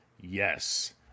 Yes